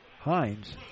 Hines